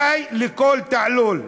די לכל תעלול.